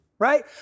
Right